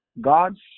God's